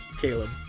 Caleb